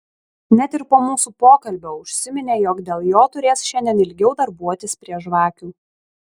net ir po mūsų pokalbio užsiminė jog dėl jo turės šiandien ilgiau darbuotis prie žvakių